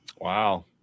wow